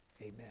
amen